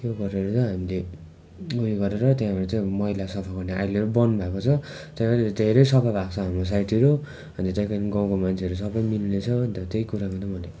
त्यो गरेर चाहिँ हामीले उयो गरेर त्यहाँबाट चाहिँ मैला सफा गर्ने अहिले बन्द भएको छ त्यहाँबाट धेरै सफा भएको छ हाम्रो साइडहरू अनि त्यहाँको गाउँको मन्छेहरू सबै मिल्ने छ अन्त त्यही कुरा गरेर मैले